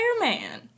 man